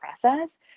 process